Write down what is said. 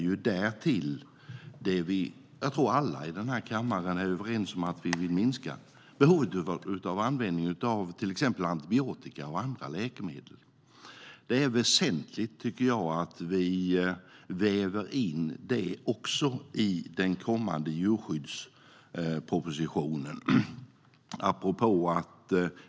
Jag tror att alla i kammaren vill att användningen av exempelvis antibiotika och andra läkemedel ska minska. Det är väsentligt att det vävs in i den kommande djurskyddspropositionen.